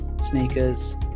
sneakers